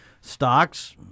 stocks